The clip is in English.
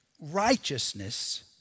righteousness